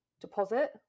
Deposit